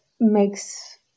makes